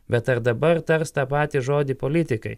bet ar dabar tars tą patį žodį politikai